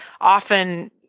often